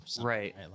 right